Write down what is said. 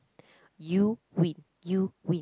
you win you win